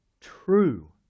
true